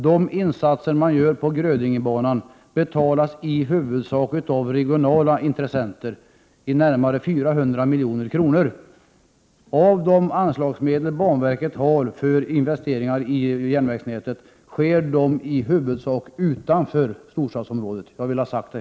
De insatser man gör på Grödingebanan betalas i huvudsak av regionala intressenter — närmare 400 milj.kr. De anslagsmedel banverket har för investeringar i järnvägsnätet används i huvudsak utanför storstadsområdet.